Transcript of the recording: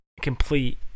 complete